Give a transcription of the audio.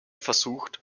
versucht